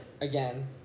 again